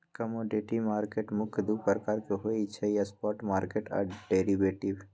commodity market मुख्य दु प्रकार के होइ छइ स्पॉट मार्केट आऽ डेरिवेटिव